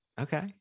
Okay